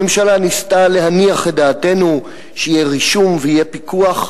הממשלה ניסתה להניח את דעתנו שיהיה רישום ויהיה פיקוח,